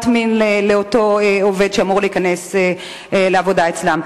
מין לאותו עובד שאמור להיכנס לעבודה אצלן.